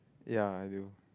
ya I do